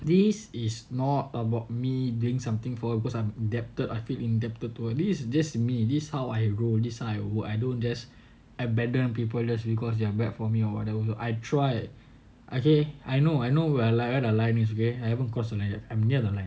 this is not about me doing something for her because I'm indebted I feel indebted to her this is just me this how I roll this I work I don't just abandon people just because they are bad for me or whatever I tried okay I know I know where the line is I haven't cross the line yet